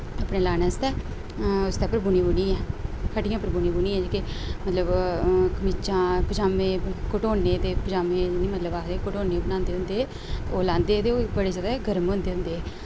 अपने लाने आस्तै उसदे उप्पर बुनी बुनियै खड्डियें उप्पर बुनी बुनियै जेह्की मतलव कमीचा पजामें कड्डने ते पजामें इ'यां मतलव आखदे होंदे कड्डे बनांदे होंदे हे ते ओह् लांदे होंदे हे ते ओह् बड़े जैदा गर्म होंदे हे